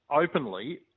openly